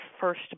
first